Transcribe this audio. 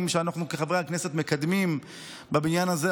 שאנחנו כחברי הכנסת מקדמים בבניין הזה,